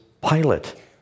pilot